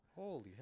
Holy